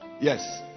Yes